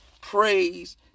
Praise